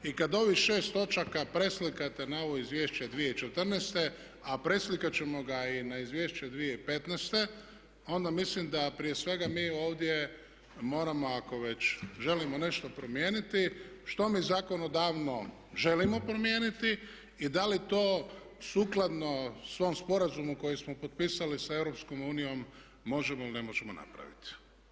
I kad ovih 6 točaka preslikate na ovo izvješće 2014. a preslikat ćemo ga i na izvješće 2015. onda mislim da prije svega mi ovdje moramo ako već želimo nešto promijeniti što mi zakonodavno želimo promijeniti i da li to sukladno svom sporazumu koji smo potpisali sa EU možemo ili ne možemo napraviti.